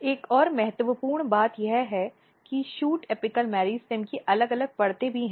एक और महत्वपूर्ण बात यह है कि शूट एपिकल मेरिस्टेम की अलग अलग परतें भी हैं